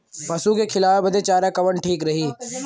पशु के खिलावे बदे चारा कवन ठीक रही?